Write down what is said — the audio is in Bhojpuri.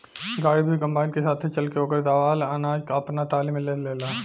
गाड़ी भी कंबाइन के साथे चल के ओकर दावल अनाज आपना टाली में ले लेला